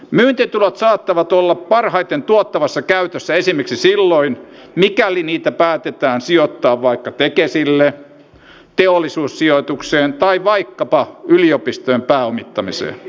myyntitulot saattavat olla parhaiten tuottavassa käytössä esimerkiksi silloin mikäli niitä päätetään sijoittaa vaikka tekesille teollisuussijoitukseen tai vaikkapa yliopistojen pääomittamiseen